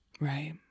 Right